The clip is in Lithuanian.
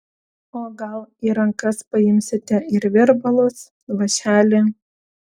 o gal į rankas paimsite ir virbalus vąšelį